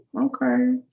Okay